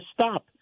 stop